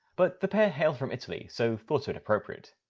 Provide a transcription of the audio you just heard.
but the pair hail from italy so thoughts would appropriate.